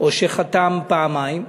או שחתם פעמיים.